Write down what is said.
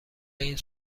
این